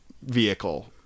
vehicle